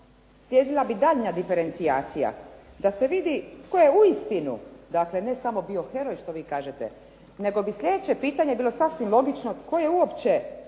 slijedila bi daljnja diferencija da se vidi tko je uistinu dakle ne samo bio heroj što vi kažete nego bi slijedeće pitanje bilo sasvim logično tko je uopće